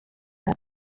have